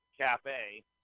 cafe